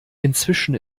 inzwischen